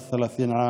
בן 33,